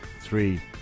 three